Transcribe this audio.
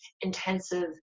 intensive